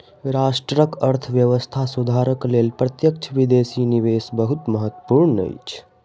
राष्ट्रक अर्थव्यवस्था सुधारक लेल प्रत्यक्ष विदेशी निवेश बहुत महत्वपूर्ण अछि